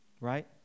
Right